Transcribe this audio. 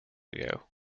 ago